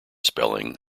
spelling